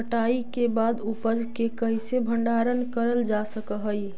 कटाई के बाद उपज के कईसे भंडारण करल जा सक हई?